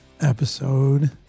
Episode